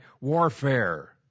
warfare